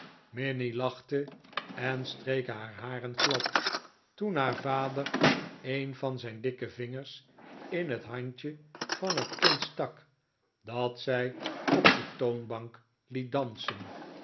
minnie lachte en streek haar haren glad toen haar vader een van zijn dikke vingers in het handje van het kind stak dat zij op de toonbank liet dansen